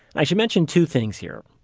i should mention two things here.